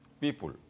people